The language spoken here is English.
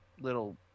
little